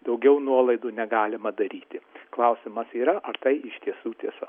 daugiau nuolaidų negalima daryti klausimas yra ar tai iš tiesų tiesa